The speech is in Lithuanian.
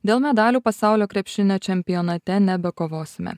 dėl medalių pasaulio krepšinio čempionate nebekovosime